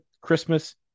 Christmas